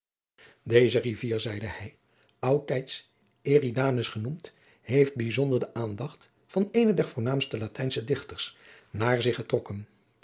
deze rivier zeide hij oudtijds eridanus genoemd heeft bijzonder de aandacht van eenen der voornaamste latijnsche dichters naar zich getrokken